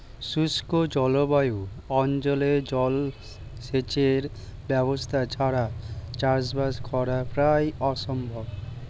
শুষ্ক জলবায়ু অঞ্চলে জলসেচের ব্যবস্থা ছাড়া চাষবাস করা প্রায় অসম্ভব